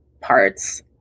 parts